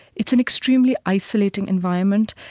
it's an extremely isolating environment.